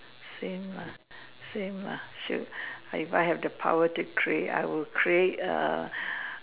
same lah same lah shoot if I have the power to create I will create a